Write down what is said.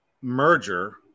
merger